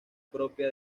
propia